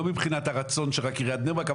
לא מבחינת הרצון של רק עיריית בני ברק.